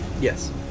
yes